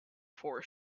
four